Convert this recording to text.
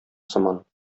сыман